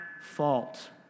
fault